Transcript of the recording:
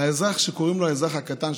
לאזרח שקוראים לו האזרח הקטן,